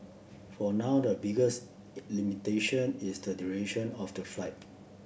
for now the biggest limitation is the duration of the flight